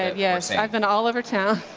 yes. i've been all over town.